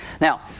Now